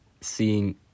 seeing